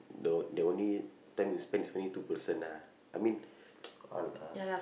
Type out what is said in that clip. the the only time you spent is only two person ah I mean lah